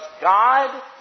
God